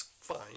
fine